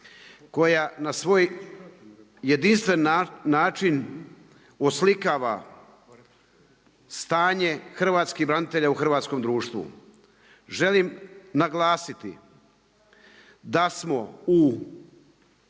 koja na svoj jedinstveni način oslikava stanje hrvatskih branitelja u hrvatskom društvu. Želim naglasiti da smo u